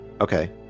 Okay